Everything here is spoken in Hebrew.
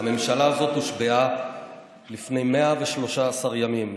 הממשלה הזו הושבעה לפני 113 ימים,